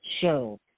show